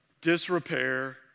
disrepair